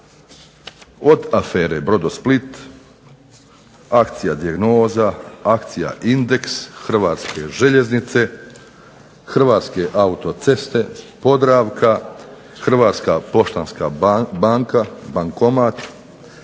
"Brodosplit", akcija "Dijagnoza", akcija "indeks", Hrvatske željeznice, Hrvatske autoceste, Podravka, Hrvatska poštanska banka "Bankomat",